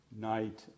night